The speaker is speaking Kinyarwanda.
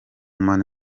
mani